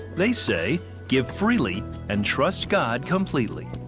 they say give freely and trust god completely.